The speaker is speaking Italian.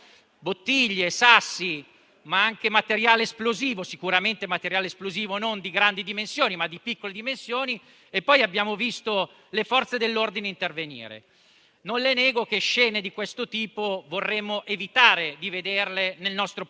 e voi lo sapete, perché non posso pensare che uno Stato organizzato non sappia chi sono queste persone perché le Forze di polizia lo sanno - perché non prevenite? Se tutto questo avviene sul *web* e se lei già lo sa, perché non potenziate la Polizia postale, che è quella che dovrebbe controllare